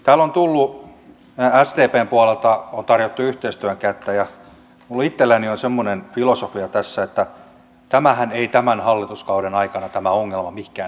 täällä on sdpn puolelta tarjottu yhteistyön kättä ja minulla itselläni on semmoinen filosofia tässä että tämä ongelmahan ei tämän hallituskauden aikana mihinkään häviä